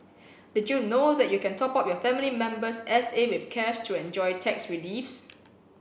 did you know that you can top up your family member's S A with cash to enjoy tax reliefs